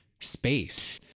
space